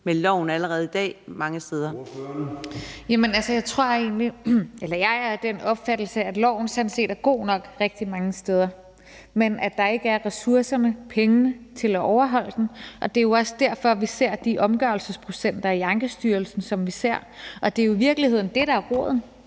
Ordføreren. Kl. 00:10 Rosa Lund (EL): Jeg er den opfattelse, at loven sådan set er god nok rigtig mange steder, men at der ikke er ressourcerne, pengene, til at overholde den. Det er også derfor, vi ser de omgørelsesprocenter i Ankestyrelsen, som vi ser, og det er i virkeligheden det, der er kernen.